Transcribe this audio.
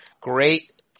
great